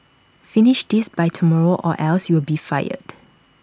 finish this by tomorrow or else you'll be fired